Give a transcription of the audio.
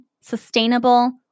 sustainable